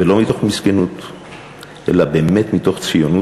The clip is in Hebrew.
ולא מתוך מסכנות אלא באמת מתוך ציונות